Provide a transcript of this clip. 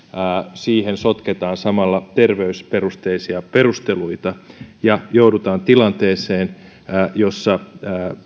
siihen sotketaan samalla terveysperusteisia perusteluita ja joudutaan tilanteeseen jossa